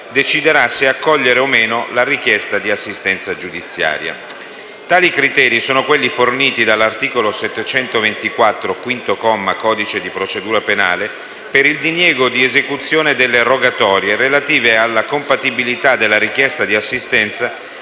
deciderà se accogliere o no la richiesta di assistenza giudiziaria. Tali criteri sono quelli forniti dall'articolo 724, quinto comma, del codice di procedura penale, per il diniego di esecuzione delle rogatorie con riferimento alla compatibilità della richiesta di assistenza